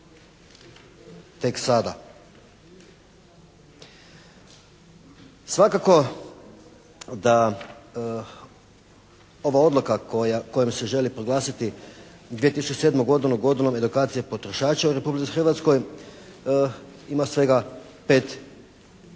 Tek sada. Svakako da ova odluka kojom se želi proglasiti 2007. godinu godinom edukacije potrošača u Republici Hrvatskoj, ima svega 5